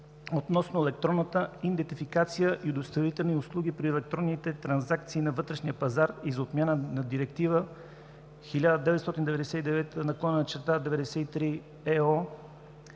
относно електронната идентификация и удостоверителни услуги при електронните транзакции на вътрешния пазар и за отмяна на Директива 1999/93 ЕО.